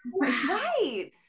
Right